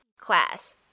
class